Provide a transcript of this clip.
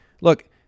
look